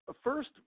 first